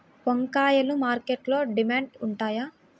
వంకాయలు మార్కెట్లో డిమాండ్ ఉంటాయా?